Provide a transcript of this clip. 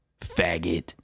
Faggot